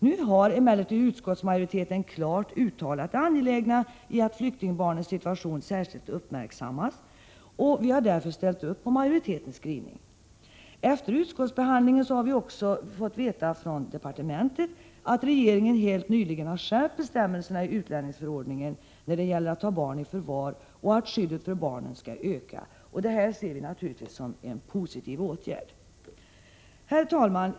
Nu har emellertid utskottsmajoriteten klart uttalat det angelägna i att flyktingbarnens situation särskilt uppmärksammas, och vi har därför ställt upp för majoritetens skrivning. Efter utskottsbehandlingen har vi även fått veta från departementet att regeringen helt nyligen skärpt bestämmelserna i utlänningsförordningen när det gäller att ta barn i förvar och att skyddet för barnen skall öka. Detta ser vi som en positiv åtgärd. Herr talman!